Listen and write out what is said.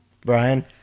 Brian